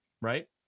right